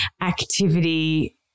activity